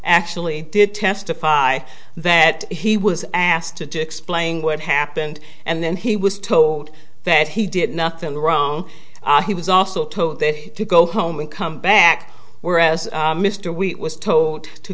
actually did testify that he was asked to explain what happened and then he was told that he did nothing wrong he was also told to go home and come back whereas mr we was told to